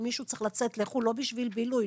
מישהו צריך לצאת לחו"ל לא בשביל בילוי.